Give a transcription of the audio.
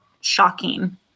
shocking